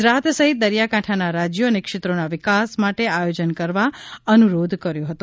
ગુજરાત સહિત દરિયાકાંઠાના રાજયો અને ક્ષેત્રના વિકાસ માટે આયોજન કરવા અનુરોધ કર્યો હતો